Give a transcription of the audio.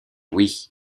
oui